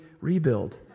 rebuild